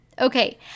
Okay